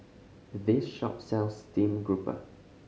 this shop sells stream grouper